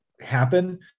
happen